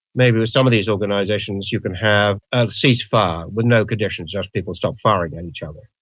maybe with some of these organisations you can have a ceasefire with no conditions, just people stop firing at each other,